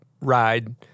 ride